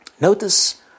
Notice